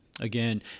Again